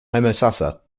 homosassa